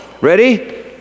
Ready